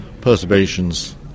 perturbations